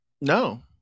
No